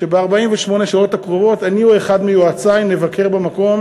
שב-48 השעות הקרובות אני או אחד מיועצי נבקר במקום